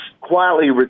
quietly